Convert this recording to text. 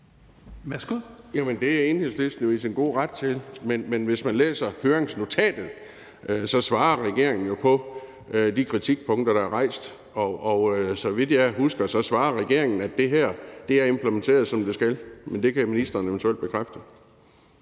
det er Enhedslisten i sin gode ret til, men hvis man læser høringsnotatet, kan man se, at regeringen jo svarer på de kritikpunkter, der er rejst, og så vidt jeg husker, svarer regeringen, at det her er implementeret, som det skal. Men det kan ministeren eventuelt bekræfte.